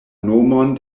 nomon